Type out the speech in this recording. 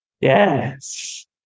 Yes